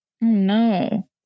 No